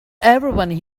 everyone